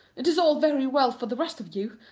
it is all very well for the rest of you,